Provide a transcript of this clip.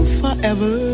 forever